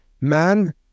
Man